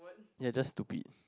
you are just stupid